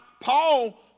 Paul